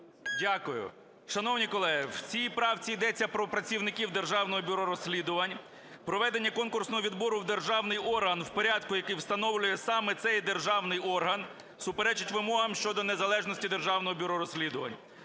Дякую. Шановні колеги, в цій правці йдеться про працівників Державного бюро розслідувань, проведення конкурсного відбору в державний орган в порядку, який встановлює саме цей державний орган, суперечить вимогам щодо незалежності Державного бюро розслідувань.